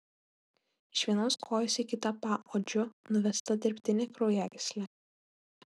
iš vienos kojos į kitą paodžiu nuvesta dirbtinė kraujagyslė